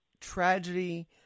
tragedy